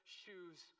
shoes